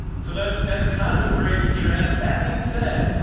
so that's, that's kind of a crazy trend that being said,